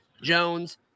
Jones